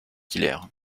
hilaire